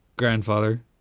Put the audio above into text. grandfather